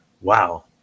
wow